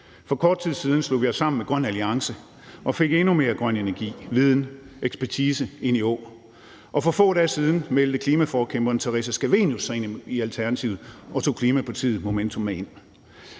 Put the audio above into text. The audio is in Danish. For kort tid siden slog vi os sammen med Grøn Alliance og fik endnu mere grøn energi, viden, ekspertise ind i liste Å, og for få dage siden meldte klimaforkæmperen Theresa Scavenius sig ind i Alternativet og tog klimapartiet Momentum med ind.